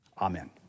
Amen